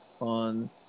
on